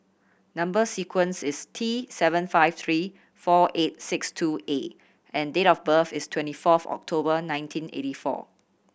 number sequence is T seven five three four eight six two A and date of birth is twenty fourth October nineteen eighty four